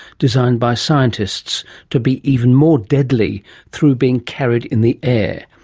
designed by scientists to be even more deadly through being carried in the air.